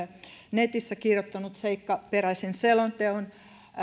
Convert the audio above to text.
netissä kirjoittanut seikkaperäisen selonteon